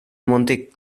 monte